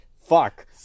fuck